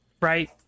Right